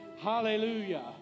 Hallelujah